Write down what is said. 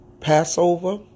Passover